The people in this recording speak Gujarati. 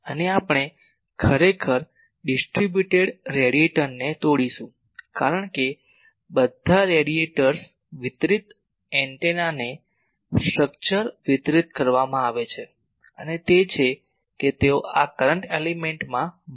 અને આપણે ખરેખર ડિસ્ટ્રિબ્યૂટેડ રેડિએટરને તોડીશું કારણ કે બધા રેડિએટર્સ વિતરિત એન્ટેનાને સ્ટ્રક્ચર વિતરિત કરવામાં આવે છે અને તે છે કે તેઓ આ કરંટ એલિમેન્ટમાં ભાગવામાં આવે છે